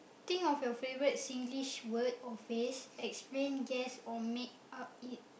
think of your favourite Singlish word or phrase explain guess or make up it